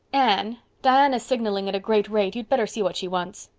anne, diana's signaling at a great rate. you'd better see what she wants.